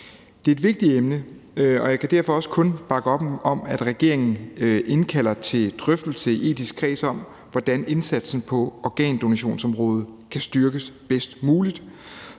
Det er et vigtigt emne, og jeg kan derfor også kun bakke op om, at regeringen indkalder til drøftelser i etisk kreds om, hvordan indsatsen på organdonationsområdet kan styrkes bedst muligt,